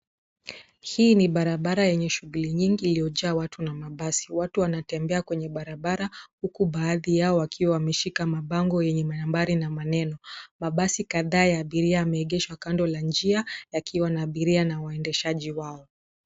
Hii ni barabara yenye shughuli nyingi iliyojaa watu na mabasi. Watu wanatembea kwenye barabara huku baadhi yao wakiwa wameshika mabango yenye nambari na maneno. Mabasi kadhaa ya abiria yameegeshwa kando la njia yakiwa na abiria na waendeshaji wao.